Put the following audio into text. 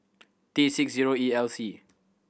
T six zero E L C